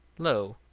lo,